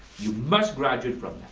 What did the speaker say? you must graduate from